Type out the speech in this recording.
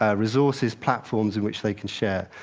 ah resources, platforms in which they can share.